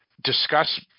discuss